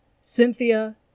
Cynthia